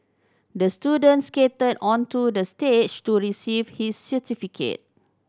the student skated onto the stage to receive his certificate